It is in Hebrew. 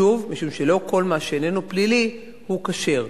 שוב, משום שלא כל מה שאיננו פלילי הוא כשר.